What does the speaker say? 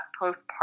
postpartum